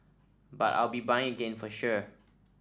but I'll be buying again for sure